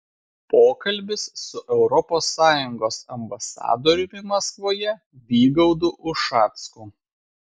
pokalbis su europos sąjungos ambasadoriumi maskvoje vygaudu ušacku